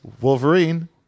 Wolverine